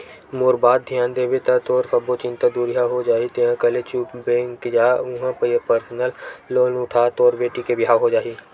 मोर बात धियान देबे ता तोर सब्बो चिंता दुरिहा हो जाही तेंहा कले चुप बेंक जा उहां परसनल लोन उठा तोर बेटी के बिहाव हो जाही